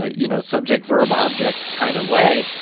ah you know, subject-verb-object kind of way.